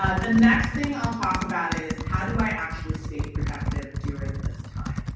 ah the next thing i'll talk about is how do i actually stay productive during this time.